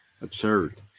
absurd